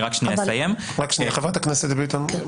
חברת הכנסת ביטון?